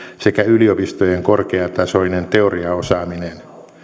sekä yliopistojen korkeatasoinen teoriaosaaminen